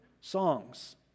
songs